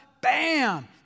Bam